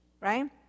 right